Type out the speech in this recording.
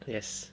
yes